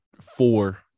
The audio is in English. four